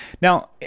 now